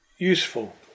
useful